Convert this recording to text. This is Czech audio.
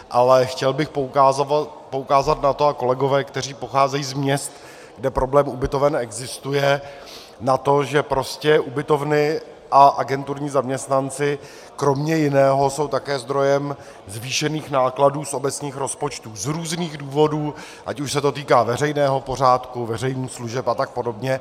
Ale chtěl bych poukázat na to, a kolegové, kteří pocházejí z měst, kde problém ubytoven existuje, že prostě ubytovny a agenturní zaměstnanci kromě jiného jsou také zdrojem zvýšených nákladů z obecních rozpočtů z různých důvodů, ať už se to týká veřejného pořádku, veřejných služeb a tak podobně.